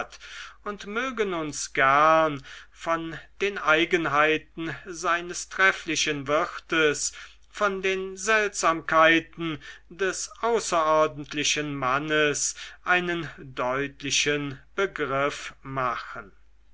und mögen uns gern von den eigenheiten seines trefflichen wirtes von den seltsamkeiten des außerordentlichen mannes einen deutlichen begriff machen